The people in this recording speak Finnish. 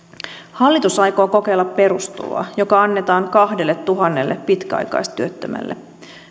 hallitus aikoo kokeilla perustuloa joka annetaan kahdelletuhannelle pitkäaikaistyöttömälle